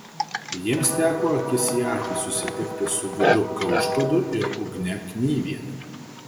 jiems teko akis į akį susitikti su vidu kaušpadu ir ugne knyviene